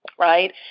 right